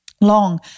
long